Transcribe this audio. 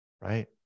Right